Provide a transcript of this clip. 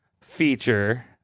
feature